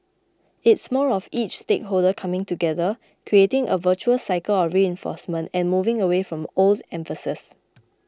it's more of each stakeholder coming together creating a virtuous cycle of reinforcement and moving away from old emphases